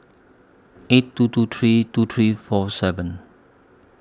eight two two three two three four seven